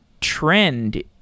trend